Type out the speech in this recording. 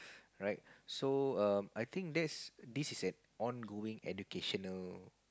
right so err I think that's this is an ongoing educational